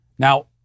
Now